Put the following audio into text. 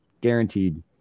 guaranteed